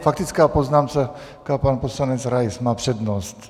Faktická poznámka, pan poslanec Rais má přednost.